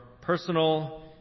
personal